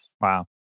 Wow